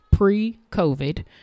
Pre-COVID